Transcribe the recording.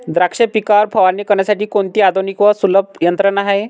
द्राक्ष पिकावर फवारणी करण्यासाठी कोणती आधुनिक व सुलभ यंत्रणा आहे?